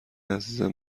عزیزم